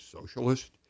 socialist